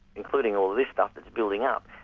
including all of this stuff, is building up.